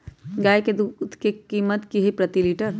गाय के दूध के कीमत की हई प्रति लिटर?